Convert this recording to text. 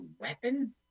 weapon